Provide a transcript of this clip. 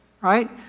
right